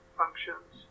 functions